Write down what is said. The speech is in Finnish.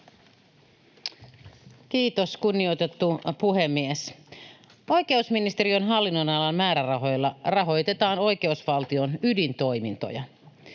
Kiitos, kunnioitettu puhemies! Oikeusministeriön hallinnonalan määrärahoilla rahoitetaan oikeusvaltion ydintoimintoja.